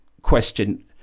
question